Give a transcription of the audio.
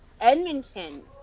Edmonton